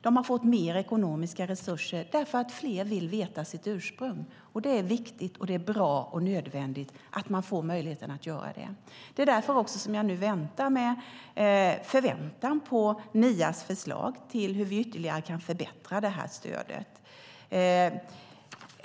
De har fått mer ekonomiska resurser för att fler vill veta sitt ursprung. Det är viktigt, och det är bra och nödvändigt att man för möjligheten att göra det. Det är också därför jag nu med förväntan ser fram mot MIA:s förslag till hur vi ytterligare kan förbättra stödet.